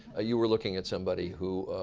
you are looking at somebody who